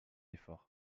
effort